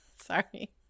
Sorry